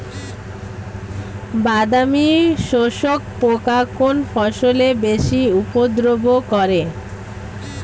বাদামি শোষক পোকা কোন ফসলে বেশি উপদ্রব করে?